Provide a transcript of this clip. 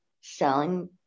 selling